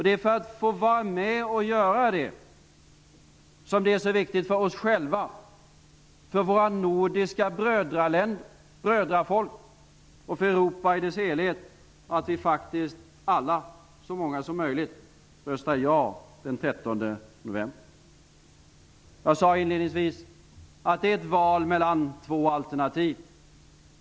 Det är för att få vara med och göra det som det är så viktigt för oss själva, för våra nordiska brödrafolk och för Europa i dess helhet att vi faktiskt alla, eller så många som möjligt, röstar ja den Jag sade inledningsvis att det är fråga om ett val mellan två alternativ.